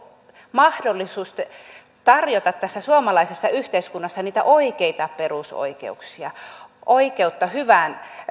mahdollisuus tarjota tässä suomalaisessa yhteiskunnassa niitä oikeita perusoikeuksia oikeutta hyviin